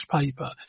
paper